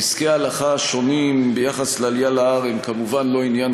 פסקי ההלכה השונים ביחס לעלייה להר הם כמובן לא עניין